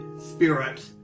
spirit